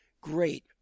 great